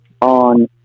on